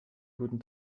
guten